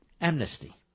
amnesty